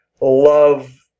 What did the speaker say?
love